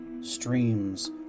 streams